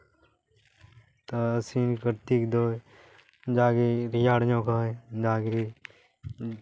ᱟᱥᱤᱱᱼᱠᱟᱨᱛᱤᱠ ᱫᱚ ᱡᱟᱜᱮ ᱨᱮᱭᱟᱲ ᱧᱚᱜ ᱟᱭ ᱡᱟᱜᱮ